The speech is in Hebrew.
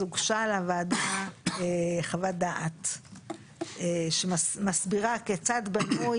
אז הוגשה לוועדה חוות דעת שמסבירה כיצד בנוי